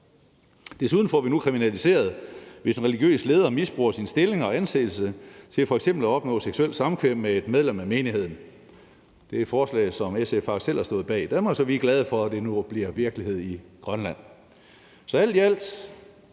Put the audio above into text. Desuden får vi nu kriminaliseret det, hvis en religiøs leder misbruger sin stilling og anseelse til f.eks. at opnå seksuelt samkvem med et medlem af menigheden. Det er et forslag, som SF faktisk selv har stået bag i Danmark, så vi er glade for, at det nu bliver virkelighed i Grønland. Så alt i alt